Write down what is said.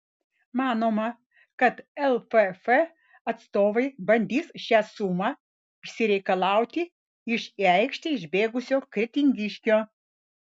manoma kad lff atstovai bandys šią sumą išsireikalauti iš į aikštę išbėgusio kretingiškio